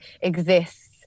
exists